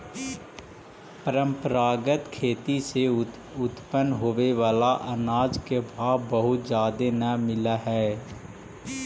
परंपरागत खेती से उत्पन्न होबे बला अनाज के भाव बहुत जादे न मिल हई